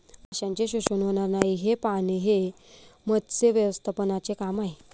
माशांचे शोषण होणार नाही हे पाहणे हे मत्स्य व्यवस्थापनाचे काम आहे